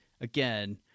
again